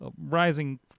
rising